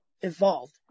evolved